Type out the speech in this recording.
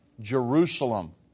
Jerusalem